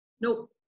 Nope